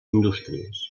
indústries